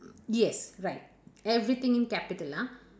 yes right everything in capital ah